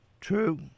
True